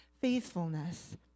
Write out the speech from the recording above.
faithfulness